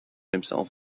himself